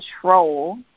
control